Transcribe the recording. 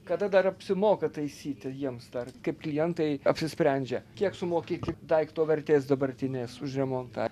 kada dar apsimoka taisyti jiems dar kaip klientai apsisprendžia kiek sumokėti daikto vertės dabartinės už remontą